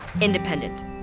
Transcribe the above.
Independent